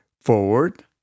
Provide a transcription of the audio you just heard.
forward